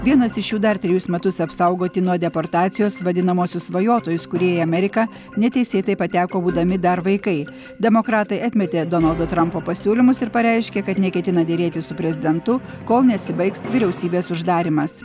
vienas iš jų dar trejus metus apsaugoti nuo deportacijos vadinamuosius svajotojus kurie į ameriką neteisėtai pateko būdami dar vaikai demokratai atmetė donaldo trampo pasiūlymus ir pareiškė kad neketina derėtis su prezidentu kol nesibaigs vyriausybės uždarymas